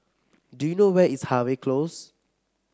do you know where is Harvey Close